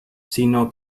sino